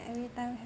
every time